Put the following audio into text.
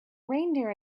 reindeer